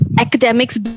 academics